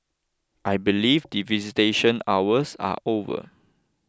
I believe the visitation hours are over